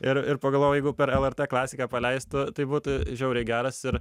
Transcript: ir ir pagalvojau jeigu per lrt klasiką paleistų tai būtų žiauriai geras ir